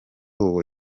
uwo